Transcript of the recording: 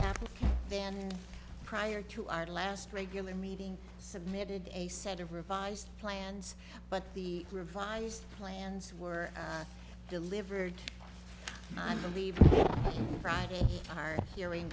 the then prior to our last regular meeting submitted a set of revised plans but the revised plans were delivered i believe friday our hearing